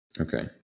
okay